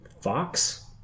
Fox